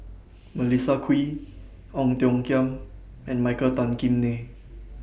Melissa Kwee Ong Tiong Khiam and Michael Tan Kim Nei